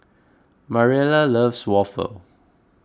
Mariela loves waffle